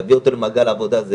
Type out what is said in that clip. להביא אותו למעגל העבודה.